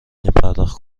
پرداخت